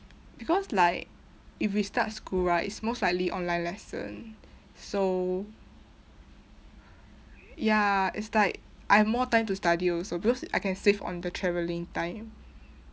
because like if we start school right it's most likely online lesson so ya it's like I have more time to study also because I can save on the travelling time